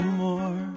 more